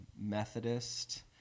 Methodist